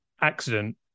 accident